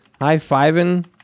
high-fiving